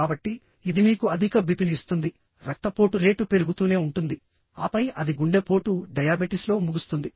కాబట్టి ఇది మీకు అధిక బిపిని ఇస్తుంది రక్తపోటు రేటు పెరుగుతూనే ఉంటుంది ఆపై అది గుండెపోటు డయాబెటిస్లో ముగుస్తుంది